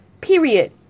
Period